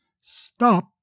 Stop